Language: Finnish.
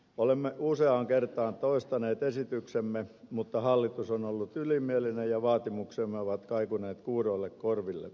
olemme useaan kertaan toistaneet esityksemme mutta hallitus on ollut ylimielinen ja vaatimuksemme ovat kaikuneet kuuroille korville